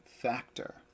factor